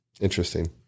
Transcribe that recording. Interesting